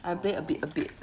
orh